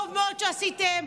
טוב מאוד עשיתם.